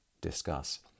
Discuss